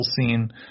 scene